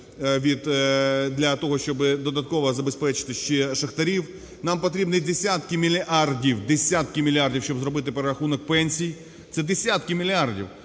для того, щоб додатково забезпечити ще шахтарів, нам потрібні десятки мільярдів, десятки мільярдів, щоб зробити перерахунок пенсій. Це десятки мільярдів.